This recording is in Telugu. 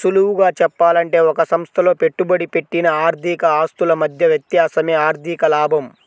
సులువుగా చెప్పాలంటే ఒక సంస్థలో పెట్టుబడి పెట్టిన ఆర్థిక ఆస్తుల మధ్య వ్యత్యాసమే ఆర్ధిక లాభం